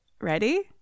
Ready